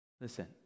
Listen